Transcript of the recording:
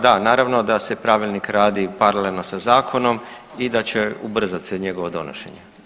Da, naravno da se pravilnik radi paralelno sa zakonom i da će ubrzati njegovo donošenje.